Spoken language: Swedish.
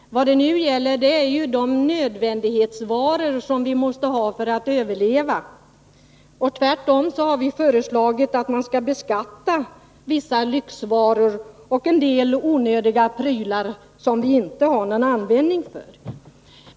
Vad det nu gäller är nödvändighetsvarorna, de varor som vi måste ha för att överleva. Tvärtom har vi föreslagit att man skall beskatta vissa lyxvaror och en del onödiga prylar, som vi inte har någon användning för.